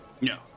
No